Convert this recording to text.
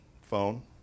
phone